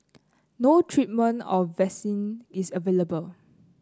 no treatment or vaccine is available